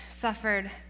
suffered